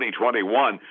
2021